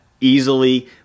easily